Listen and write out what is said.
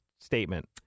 statement